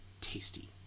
tasty